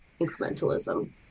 incrementalism